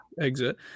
exit